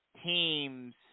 teams